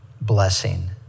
blessing